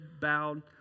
bowed